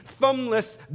thumbless